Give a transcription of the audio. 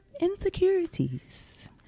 insecurities